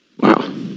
Wow